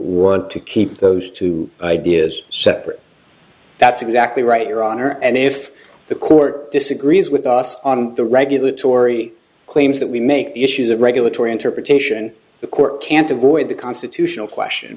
want to keep those two ideas separate that's exactly right your honor and if the court disagrees with us on the regulatory claims that we make the issues of regulatory interpretation the court can't avoid the constitutional question